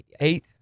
Eight